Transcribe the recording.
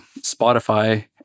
Spotify